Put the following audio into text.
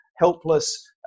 helpless